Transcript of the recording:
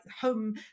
home